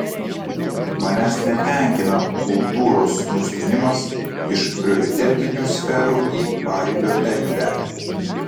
manęs netenkina kultūros nustūmimas iš prioritetinių sferų į paribio erdvę